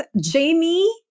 Jamie